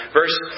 verse